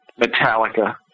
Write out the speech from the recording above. Metallica